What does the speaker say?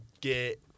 get